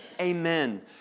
Amen